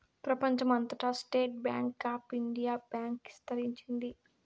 ప్రెపంచం అంతటా State Bank of India bank ఇస్తరించింది